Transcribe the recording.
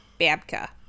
Babka